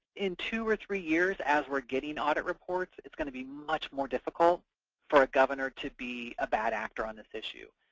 in two or three years, as we're getting audit reports, it's going to be much more difficult for a governor to be a bad actor on this issue,